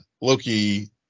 Loki